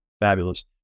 Fabulous